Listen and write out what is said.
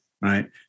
right